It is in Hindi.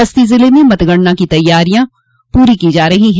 बस्ती जिले में मतगणना की तैयारियां की जा रही है